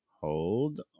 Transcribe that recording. hold